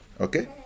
Okay